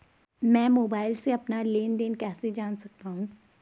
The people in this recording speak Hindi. मैं मोबाइल से अपना लेन लेन देन कैसे जान सकता हूँ?